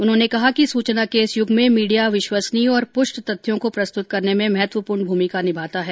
उन्होंने कहा कि सूचना के इस युग में मीडिया विश्वसनीय और पुष्ट तथ्यों को प्रस्तुत करने में महत्वपूर्ण भूमिका निभाता है